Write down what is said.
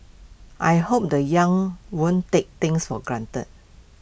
I hope the young won't take things for granted